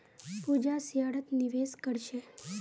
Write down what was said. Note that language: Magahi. पूजा शेयरत निवेश कर छे